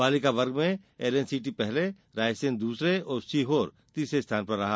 बालिका वर्ग में एलएनसीटी पहले रायसेन दूसरे और सीहोर तीसरे स्थान पर रहा